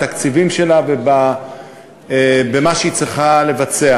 בתקציבים שלה ובמה שהיא צריכה לבצע.